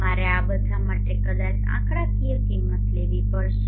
તમારે આ બધા માટે કદાચ આંકડાકીય કિંમતો લેવી પડશે